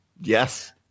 Yes